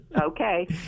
Okay